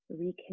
reconnect